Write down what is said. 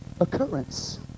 occurrence